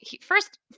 first